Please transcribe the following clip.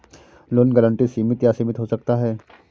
loan guarantee सीमित या असीमित हो सकता है